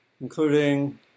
including